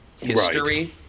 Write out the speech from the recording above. history